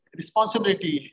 responsibility